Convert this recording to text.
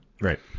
Right